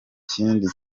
ikindi